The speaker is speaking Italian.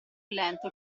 lento